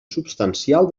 substancial